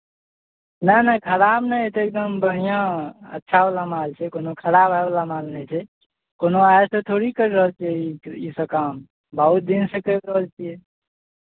नहि नहि खराब नहि हेतै एकदम बढ़िआँ अच्छावला माल छै कोनो खराब होयवला माल नहि छै कोनो आइसँ थोड़े ही करि रहल छियै ई इसभ काम बहुत दिनसँ करि रहल छियै